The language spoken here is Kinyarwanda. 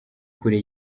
kure